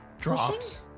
Drops